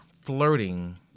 flirting